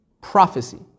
prophecy